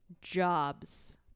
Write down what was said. jobs